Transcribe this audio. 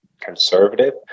conservative